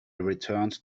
returned